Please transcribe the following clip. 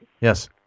Yes